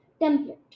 template